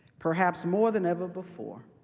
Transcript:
perhaps more than ever before,